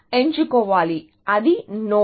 అది నోడ్